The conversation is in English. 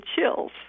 chills